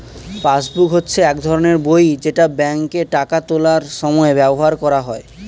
passbook হচ্ছে এক ধরনের বই যেটা ব্যাংকে টাকা তোলার সময় ব্যবহার করা হয়